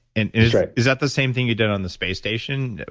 and is that the same thing you did on the space station,